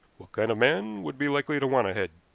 what kind of man would be likely to want a head?